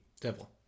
Devil